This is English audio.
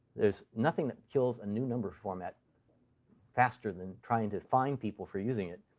there's nothing that kills a new number format faster than trying to fine people for using it.